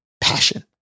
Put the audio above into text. passion